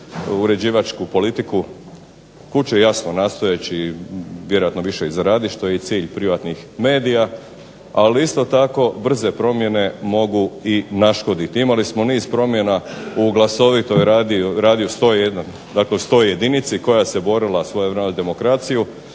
uređivačku politiku kud će jasno nastojeći vjerojatno više i zaraditi što je i cilj privatnih medija. Ali isto tako brze promjene mogu i naškoditi. Imali smo niz promjena u glasovitoj Radio 101 koja se borila svojevremeno demokraciju